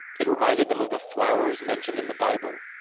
it reminded them of the flowers mentioned in the bible.